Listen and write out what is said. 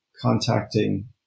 contacting